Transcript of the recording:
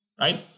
Right